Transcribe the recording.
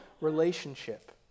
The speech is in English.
relationship